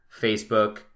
Facebook